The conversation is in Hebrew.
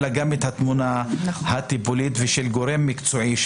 אלא גם התמונה הטיפולית ושל גורם מקצועי.